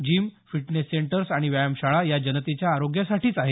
gym fitness centres आणि व्यायामशाळा या जनतेच्या आरोग्यासाठीच आहेत